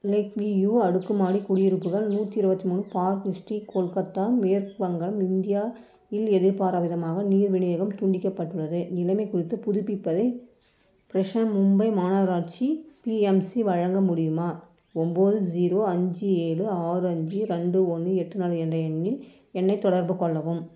lakh view அடுக்குமாடி குடியிருப்புகள் நூற்றி இருபத்தி மூணு பார்க்கு ஸ்ட்ரீட் கொல்கத்தா மேற்கு வங்கம் இந்தியா இல் எதிர்பாராவிதமாக நீர் விநியோகம் துண்டிக்கப்பட்டுள்ளது நிலைமைக் குறித்து புதுப்பிப்பதை ப்ரெஷன் மும்பை மாநகராட்சி பிஎம்சி வழங்க முடியுமா ஒன்போது ஸீரோ அஞ்சு ஏழு ஆறு அஞ்சு ரெண்டு ஒன்று எட்டு நாலு என்ற எண்ணில் என்னைத் தொடர்புக் கொள்ளவும்